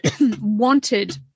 wanted